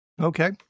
Okay